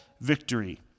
victory